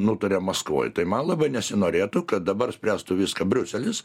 nutarė maskvoj tai man labai nesinorėtų kad dabar spręstų viską briuselis